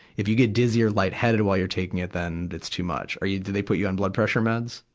if you get dizzy or lightheaded while you're taking it, then that's too much. are you, did they put you on blood pressure meds?